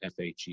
FHE